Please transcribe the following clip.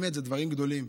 אלה באמת דברים גדולים,